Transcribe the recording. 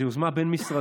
זו יוזמה בין-משרדית